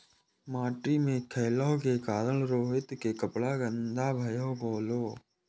माटि मे खेलै के कारण रोहित के कपड़ा गंदा भए गेलै